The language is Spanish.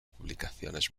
publicaciones